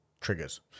triggers